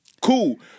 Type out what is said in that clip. cool